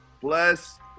Bless